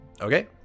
Okay